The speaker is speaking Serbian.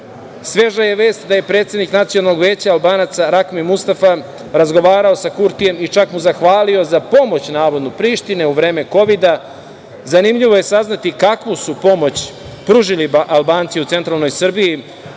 Sveža je vest da je predsednik Nacionalnog veća Albanaca Rakmi Mustafa razgovarao sa Kurtijem i čak mu zahvalio za pomoć navodnu Prištine u vreme kovida. Zanimljivo je saznati kakvu su pomoć pružili Albanci u centralnoj Srbiji.